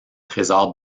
trésors